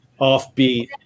offbeat